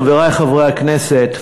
חברי חברי הכנסת,